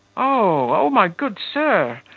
oh oh, my good sir!